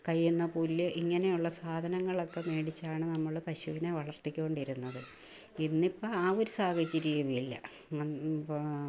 കൈയ്യുന്ന പുല്ല് ഇങ്ങനെ ഉള്ള സാധനങ്ങളൊക്കെ മേടിച്ചാണ് പശുവിനെ വളർത്തിക്കൊണ്ടിരുന്നത് ഇന്നിപ്പോൾ ആ ഒരു സാഹചര്യമില്ല